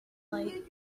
light